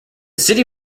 city